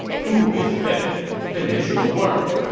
who is fit to finish your work?